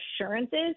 assurances